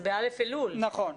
זה ב-א' אלול,